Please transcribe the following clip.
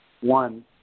one